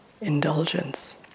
indulgence